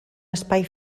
espai